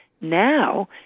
now